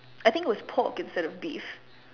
I think it was pork instead of beef